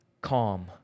calm